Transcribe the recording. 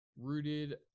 rooted